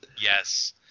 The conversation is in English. Yes